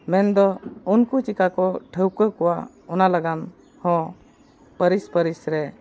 ᱢᱮᱱᱫᱚ ᱩᱱᱠᱩ ᱪᱤᱠᱟᱹ ᱠᱚ ᱴᱷᱟᱶᱠᱟᱹ ᱠᱚᱣᱟ ᱚᱱᱟ ᱞᱟᱹᱜᱤᱫ ᱦᱚᱸ ᱯᱟᱹᱨᱤᱥ ᱯᱟᱹᱨᱤᱥ ᱨᱮ